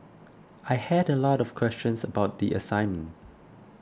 I had a lot of questions about the assignment